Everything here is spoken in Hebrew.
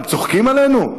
אתם צוחקים עלינו?